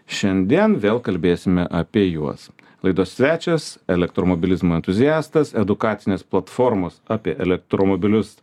šiandien vėl kalbėsime apie juos laidos svečias elektromobilizmo entuziastas edukacinės platformos apie elektromobilius